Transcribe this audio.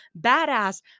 badass